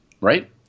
right